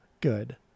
good